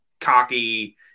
cocky